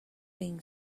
being